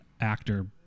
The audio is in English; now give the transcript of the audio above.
actor